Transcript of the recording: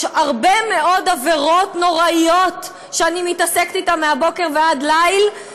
יש הרבה מאוד עבירות נוראיות שאני מתעסקת אתן מבוקר ועד ליל,